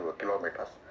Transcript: kilometers